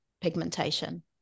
pigmentation